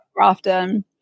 often